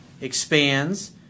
expands